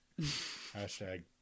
Hashtag